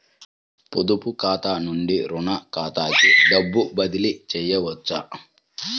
పొదుపు ఖాతా నుండీ, రుణ ఖాతాకి డబ్బు బదిలీ చేయవచ్చా?